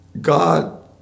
God